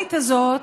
הגלובלית הזאת,